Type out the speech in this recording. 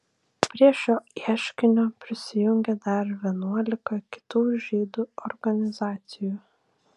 prie šio ieškinio prisijungė dar vienuolika kitų žydų organizacijų